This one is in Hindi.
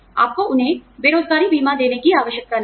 आपको उन्हें बेरोज़गारी बीमा देने की आवश्यकता नहीं है